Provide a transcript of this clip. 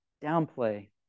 downplay